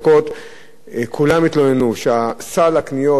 קונים התלוננו שסל הקניות בערב פסח